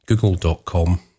Google.com